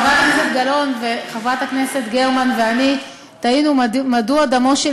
חברת הכנסת גלאון וחברת הכנסת גרמן ואני תהינו מדוע דמו של